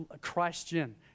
Christian